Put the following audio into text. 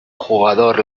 jugador